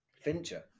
Fincher